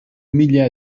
mila